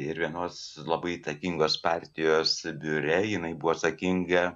ir vienos labai įtakingos partijos biure jinai buvo atsakinga